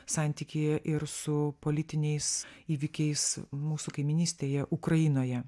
santykyje ir su politiniais įvykiais mūsų kaimynystėje ukrainoje